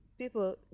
People